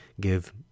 give